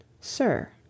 SIR